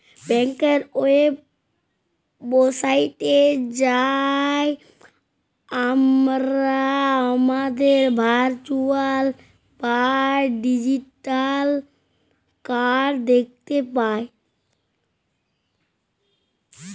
ব্যাংকের ওয়েবসাইটে যাঁয়ে আমরা আমাদের ভারচুয়াল বা ডিজিটাল কাড় দ্যাখতে পায়